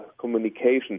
communication